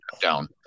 down